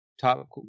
top